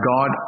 God